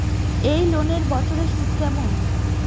এই লোনের বছরে সুদ কেমন?